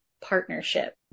partnership